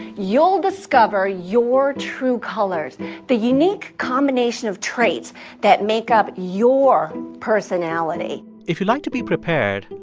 you'll discover your true colors, the unique combination of traits that make up your personality if you like to be prepared,